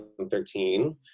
2013